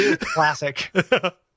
Classic